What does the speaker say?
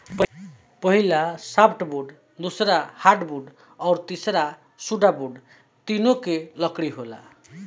पहिला सॉफ्टवुड दूसरा हार्डवुड अउरी तीसरा सुडोवूड तीन तरह के लकड़ी होला